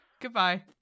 Goodbye